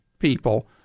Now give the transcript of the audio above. People